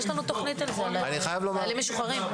יש לנו תוכנית לחיילים משוחררים.